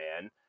man